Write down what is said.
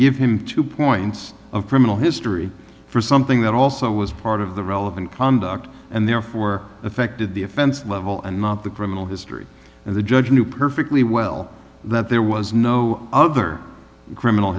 give him two points of criminal history for something that also was part of the relevant conduct and therefore affected the offense level and not the criminal history and the judge knew perfectly well that there was no other criminal